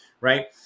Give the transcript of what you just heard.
Right